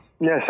Yes